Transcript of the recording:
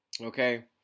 Okay